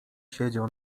siedział